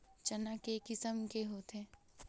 चना के किसम के होथे?